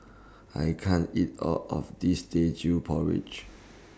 I can't eat All of This Teochew Porridge